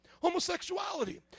Homosexuality